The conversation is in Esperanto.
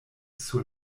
sur